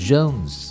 Jones